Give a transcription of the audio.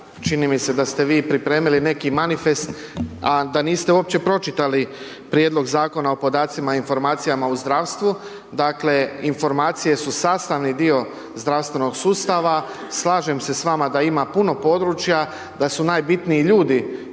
čini mi se da ste vi pripremili neki manifest a da niste uopće pročitali Prijedlog zakona o podacima i informacijama u zdravstvu. Dakle informacije su sastavni dio zdravstvenog sustava. Slažem se s vama da ima puno područja, da su najbitniji ljudi